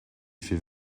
fait